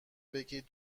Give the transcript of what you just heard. بگید